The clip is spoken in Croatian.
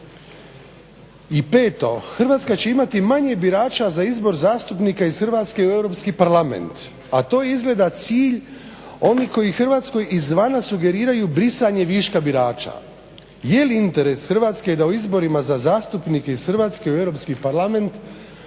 I peto, Hrvatska će imati manje birača za izbor zastupnika iz Hrvatske u Europski parlament, a to je izgleda cilj onih koji Hrvatskoj izvana sugeriraju brisanje viška birača. Je li interes Hrvatske da u izborima za zastupnike iz Hrvatske u Europski parlament